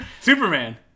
Superman